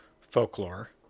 folklore